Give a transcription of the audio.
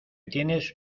tienes